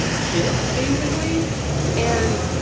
shit, basically and